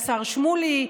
השר שמולי,